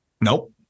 Nope